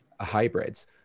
hybrids